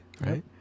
Right